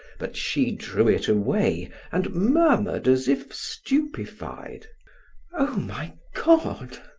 but she drew it away and murmured as if stupefied oh, my god!